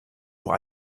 nur